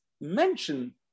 mention